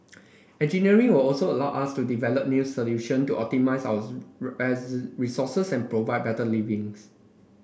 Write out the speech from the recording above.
engineering will also allow us to develop new solution to optimise our as resources and provide better livings